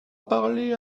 parlé